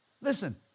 Listen